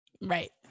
Right